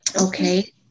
Okay